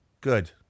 good